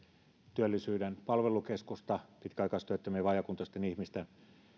työllisyyden palvelukeskusta pitkäaikaistyöttömien vajaakuntoisten ihmisten